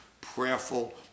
prayerful